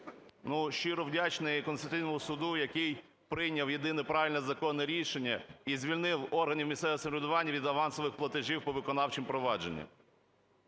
щиро вдячний Конституційному Суду, який прийняв єдине правильне законне рішення - і звільнив органи місцевого самоврядування від авансових платежів по виконавчим провадженням.